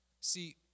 See